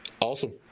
Awesome